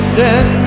send